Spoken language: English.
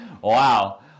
Wow